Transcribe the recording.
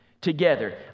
together